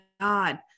God